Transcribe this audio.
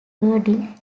boarding